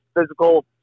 physical